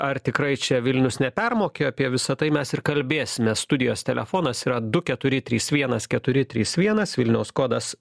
ar tikrai čia vilnius nepermokėjo apie visa tai mes ir kalbėsimės studijos telefonas yra du keturi trys viens keturi trys vienas vilniaus kodas